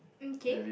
um kay